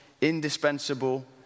indispensable